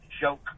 joke